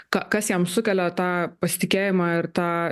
ka kas jam sukelia tą pasitikėjimą ir tą